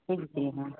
ठीक ठीक हाँ